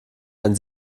ein